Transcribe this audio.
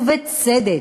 ובצדק.